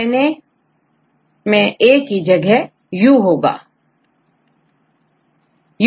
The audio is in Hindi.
आर एन ए मेंA के लिएU होता है